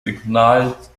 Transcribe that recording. signals